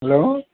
hello